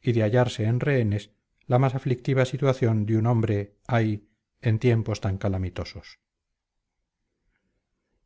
y de hallarse en rehenes la más aflictiva situación de un hombre ay en tiempos tan calamitosos